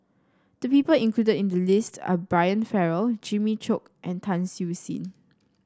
the people included in the list are Brian Farrell Jimmy Chok and Tan Siew Sin